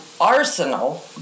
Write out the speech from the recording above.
arsenal